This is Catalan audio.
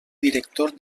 director